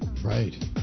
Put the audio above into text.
Right